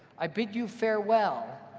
i bid you farewell,